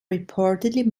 reportedly